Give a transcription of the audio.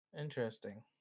Interesting